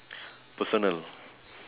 personal